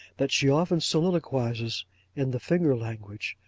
that she often soliloquizes in the finger language,